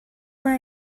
where